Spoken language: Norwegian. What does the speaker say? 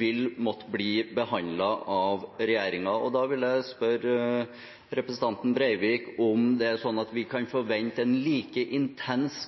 vil måtte bli behandlet av regjeringen. Da vil jeg spørre representanten Breivik om det er slik at vi kan forvente en like intens